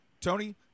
Tony